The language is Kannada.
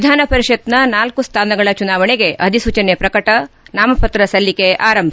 ವಿಧಾನ ಪರಿಷತ್ನ ನಾಲ್ತು ಸ್ಥಾನಗಳ ಚುನಾವಣೆಗೆ ಅಧಿಸೂಚನೆ ಪ್ರಕಟ ನಾಮಪತ್ರ ಸಲ್ಲಿಕೆ ಆರಂಭ